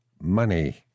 money